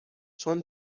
چون